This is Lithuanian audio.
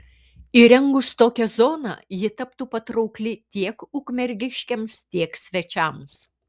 įrengus tokią zoną ji taptų patraukli tiek ukmergiškiams tiek svečiams